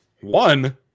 One